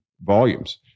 volumes